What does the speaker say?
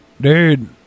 Dude